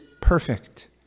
perfect